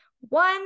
one